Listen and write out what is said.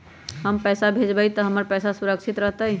हम पैसा भेजबई तो हमर पैसा सुरक्षित रहतई?